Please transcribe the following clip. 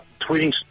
tweeting